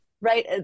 Right